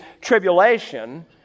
tribulation